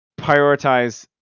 prioritize